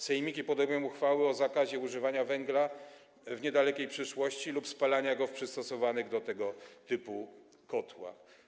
Sejmiki podejmują uchwały o zakazie używania węgla w niedalekiej przyszłości lub spalaniu go w przystosowanych do tego kotłach.